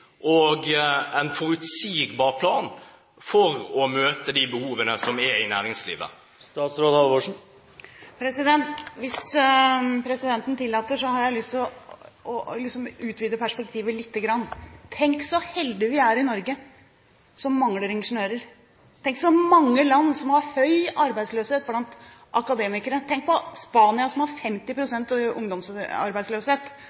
og forutsigbar plan for å møte de behovene som er i næringslivet? Hvis presidenten tillater, har jeg lyst til å utvide perspektivet lite grann. Tenk så heldige vi er i Norge, som mangler ingeniører! Tenk så mange land som har høy arbeidsløshet blant akademikere! Tenk på Spania, som har 50